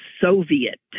Soviet